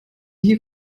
hier